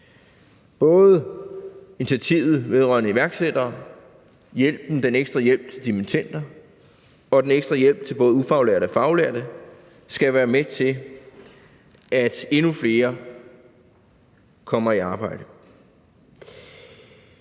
Både initiativet vedrørende iværksættere, den ekstra hjælp til dimittender og den ekstra hjælp til både ufaglærte og faglærte skal være med til, at endnu flere kommer i arbejde.